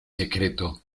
secreto